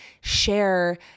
share